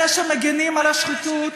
אלה שמגינים על השחיתות,